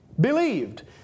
believed